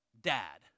dad